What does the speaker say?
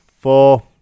Four